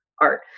art